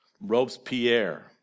Robespierre